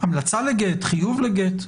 המלצה לגט, חיוב לגט?